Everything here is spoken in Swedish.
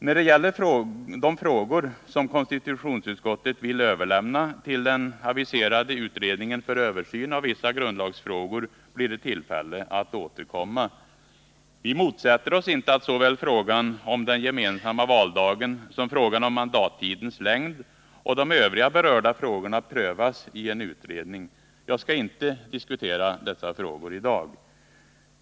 När det gäller de frågor som konstitutionsutskottet vill överlämna till den aviserade utredningen för översyn av vissa grundlagsfrågor blir det tillfälle att återkomma. Vi motsätter oss inte att såväl frågan om den gemensamma valdagen som frågan om mandattidens längd och de övriga berörda frågorna prövas i en utredning. Jag skall inte diskutera dessa frågor i dag.